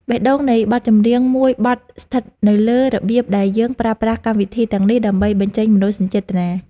បេះដូងនៃបទចម្រៀងមួយបទស្ថិតនៅលើរបៀបដែលយើងប្រើប្រាស់កម្មវិធីទាំងនេះដើម្បីបញ្ចេញមនោសញ្ចេតនា។